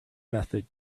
method